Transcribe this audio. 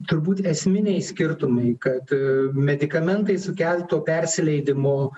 turbūt esminiai skirtumai kad medikamentai sukelto persileidimo